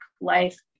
life